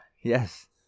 Yes